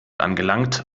angelangt